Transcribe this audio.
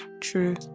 True